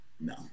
No